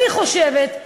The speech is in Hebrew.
אני חושבת,